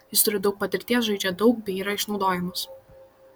jis turi daug patirties žaidžia daug bei yra išnaudojamas